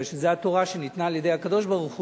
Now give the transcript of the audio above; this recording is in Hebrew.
כי זו התורה שניתנה על-ידי הקדוש-ברוך-הוא.